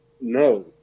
no